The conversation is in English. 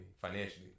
financially